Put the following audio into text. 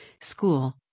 school